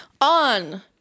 On